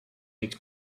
makes